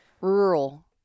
Rural